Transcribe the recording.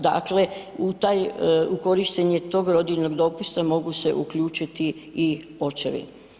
Dakle, u taj u korištenje tog rodiljnog dopusta mogu se uključiti i očevi.